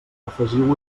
afegiu